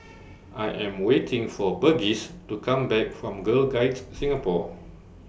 I Am waiting For Burgess to Come Back from Girl Guides Singapore